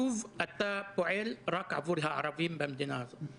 שוב אתה פועל רק עבור הערבים במדינה הזאת.